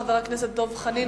חבר הכנסת דב חנין,